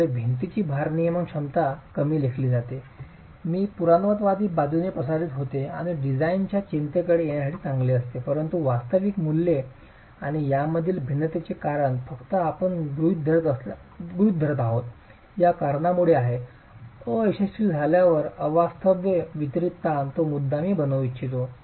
यामुळे भिंतीची भारनियमन क्षमता कमी लेखली जाते जी पुराणमतवादी बाजूने प्रसारित होते आणि डिझाइनच्या चिंतेकडे येण्यासारखी चांगली असते परंतु वास्तविक मूल्ये आणि यामधील भिन्नतेचे कारण फक्त आपण गृहित धरत आहोत या कारणामुळे आहे अयशस्वी झाल्यावर अवास्तव वितरीत ताण तो मुद्दा मी बनवू इच्छितो